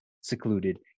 secluded